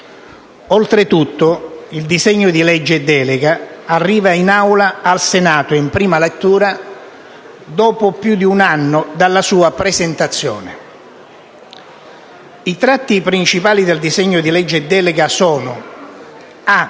Oltretutto il disegno di legge delega arriva nell'Aula del Senato in prima lettura dopo più di un anno dalla sua presentazione. I tratti principali del disegno di legge delega sono i